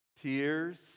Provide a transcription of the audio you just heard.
tears